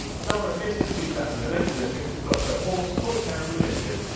zara missed the two thousand and eight olympics because her horse toytown was injured.